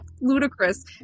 ludicrous